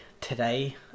today